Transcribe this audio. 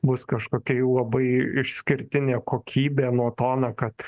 bus kažkokia jau labai išskirtinė kokybė nuo to na kad